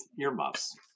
earmuffs